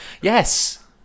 Yes